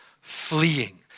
fleeing